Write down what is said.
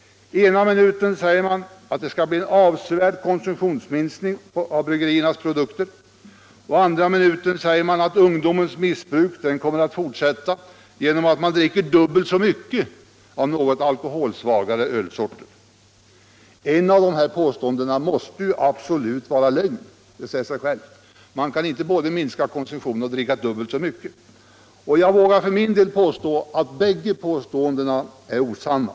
Ena minuten säger man att det skall bli en avsevärd konsumtionsminskning för bryggeriernas produkter och andra minuten säger man att ungdomens missbruk kommer att fortsätta genom att ungdomarna dricker dubbelt så mycket av något alkoholsvagare ölsorter. Ett av de här påståendena måste ju absolut vara lögnaktigt — det säger sig självt. Man kan inte både minska konsumtionen och dricka dubbelt så mycket. Och jag vågar för min del hävda att bägge påståendena är osanna.